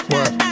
Work